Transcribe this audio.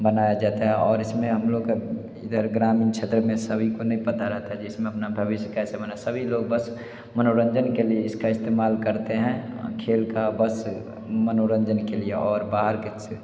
बनाया जाता है और इसमें हम लोग का इधर ग्रामीण क्षेत्र में सभी को नहीं पता रहता है जिसमें अपना भविष्य कैसे बनाए सभी लोग बस मनोरंजन के लिए इसका इस्तेमाल करते हैं खेल का बस मनोरंजन के लिए और बाहर के क्षेत्र में